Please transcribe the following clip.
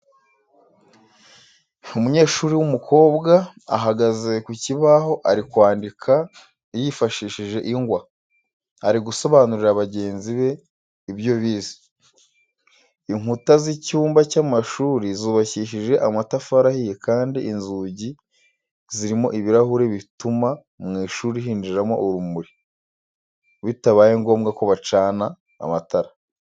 Umunyeshuri w'umukobwa ahagaze ku kibaho ari kwandika yifashishije ingwa, ari gusobanurira bagenzi be ibyo bize. Inkuta z'icyumba cy'amashuri zubakishije amatafari ahiye kandi inzugi zirimo ibirahure bituma mu ishuri hinjiramo urumuri bitabaye ngombwa ko bacana amatara.